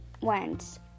went